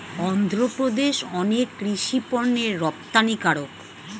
অন্ধ্রপ্রদেশ অনেক কৃষি পণ্যের রপ্তানিকারক